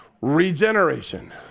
Regeneration